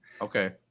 Okay